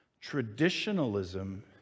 Traditionalism